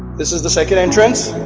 this is the second entrance